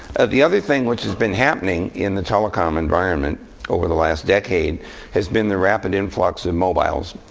the other thing which has been happening in the telecom environment over the last decade has been the rapid influx of mobiles.